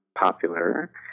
popular